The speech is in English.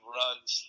runs